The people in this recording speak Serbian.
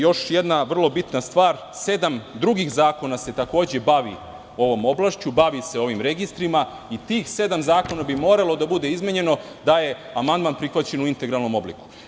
Još jedna bitna stvar, sedam drugih bitnih zakona se takođe bavi ovom oblašću, bavi se ovim registrima i tih sedam zakona bi moralo da bude izmenjeno da je amandman prihvaćen u integralnom obliku.